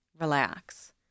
relax